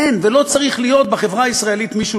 אין ולא צריך להיות בחברה הישראלית מישהו